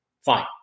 Fine